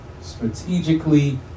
strategically